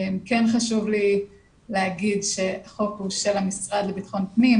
כן חשוב לי להגיד שהחוק הוא של המשרד לביטחון פנים,